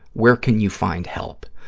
where can you find help?